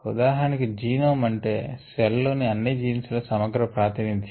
ఉదాహరణకి జినోమ్ అంటే సెల్ లోని అన్ని జీన్స్ ల సమగ్ర ప్రాతినిధ్యం